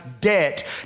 debt